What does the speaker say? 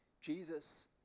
Jesus